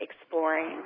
exploring